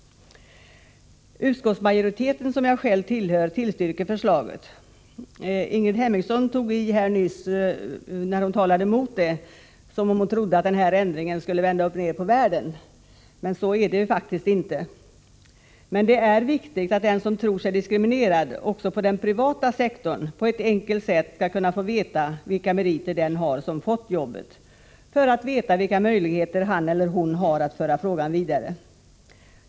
Utskottsmajoriteten, som jag själv tillhör, tillstyrker förslaget. Ingrid Hemmingsson tog nyss i som om hon trodde att ändringen skulle kunna vända upp och ned på världen. Så förhåller det sig faktiskt inte. Men det är viktigt att den som tror sig diskriminerad, också på den privata sektorn, på ett | enkelt sätt skall kunna få veta vilka meriter den har som fått jobbet för att veta vilka möjligheter han eller hon har att föra ärendet vidare.